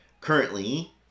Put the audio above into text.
currently